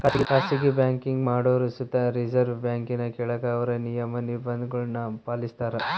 ಖಾಸಗಿ ಬ್ಯಾಂಕಿಂಗ್ ಮಾಡೋರು ಸುತ ರಿಸರ್ವ್ ಬ್ಯಾಂಕಿನ ಕೆಳಗ ಅವ್ರ ನಿಯಮ, ನಿರ್ಭಂಧಗುಳ್ನ ಪಾಲಿಸ್ತಾರ